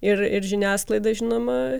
ir ir žiniasklaida žinoma